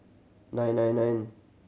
nine nine nine